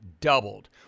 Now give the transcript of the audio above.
doubled